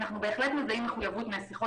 אנחנו בהחלט מזהים מחויבות משיחות